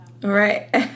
Right